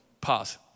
pause